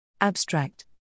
Abstract